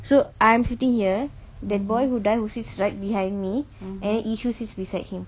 so I'm sitting here that boy who die who sits right behind me and yishu sits beside him